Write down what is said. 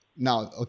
Now